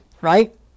right